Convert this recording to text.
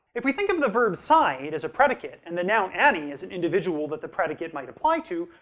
if we think of the verb sighed as a predicate and the noun annie as an individual that the predicate might apply to,